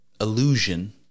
illusion